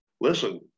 Listen